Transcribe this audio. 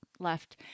Left